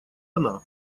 она